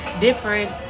different